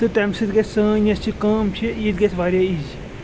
تہٕ تَمہِ سۭتۍ گژھِ سٲنۍ یۄس یہِ کٲم چھِ یہِ تہِ گژھِ واریاہ ایٖزی